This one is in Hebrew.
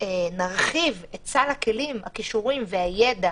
נרחיב את סל הכלים, הכישורים והידע